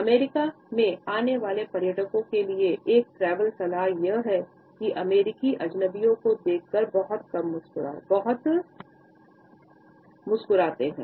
America में आने वाले पर्यटकों के लिए एक ट्रैवलर सलाह यह है की अमेरिकि अजनबियों को देख कर बहुत मुस्कुराते हैं